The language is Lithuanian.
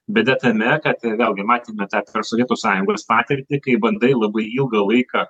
bėda tame kad vėlgi matėme tą sovietų sąjungos patirtį kai bandai labai ilgą laiką